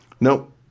nope